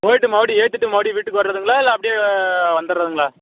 போயிட்டு மறுபடியும் ஏற்றிட்டு மறுபடியும் வீட்டுக்கு வர்றதுங்களா இல்லை அப்படியே வந்தர்றதுங்களா